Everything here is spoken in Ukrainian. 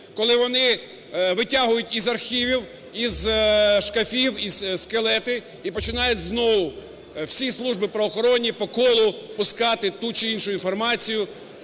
коли вони витягують із архівів, із шкафів "скелети" і починають знову всі служби правоохоронні по колу пускати ту чи іншу інформацію,